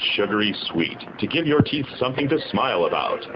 sugary sweet to get your teeth something to smile about